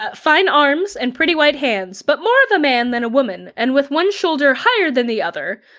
ah fine arms and pretty white hands, but more of a man than a woman, and with one shoulder higher than the other,